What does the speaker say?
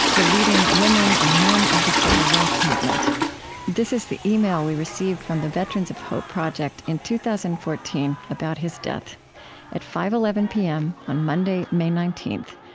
the leading women and men of the civil rights movement this is the email we received from the veterans of hope project in two thousand and fourteen about his death at five eleven pm on monday, may nineteenth,